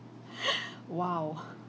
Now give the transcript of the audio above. !wow!